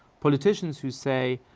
politicians who say,